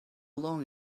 long